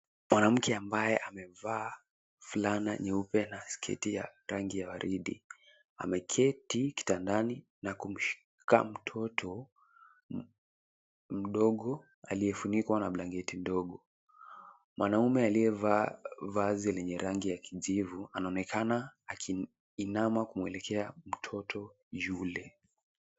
Mwanamke ambaye ameva fulana nyeupe na sketi ya rangi ya waridi. Ameketi kitandani na kumshika mtoto mdogo aliyefunikwa na blanketi ndogo. Mwanaume aliyevaa vazi lenye rangi ya kijivu anaonekana akiinama kumwelekea mtoto yule.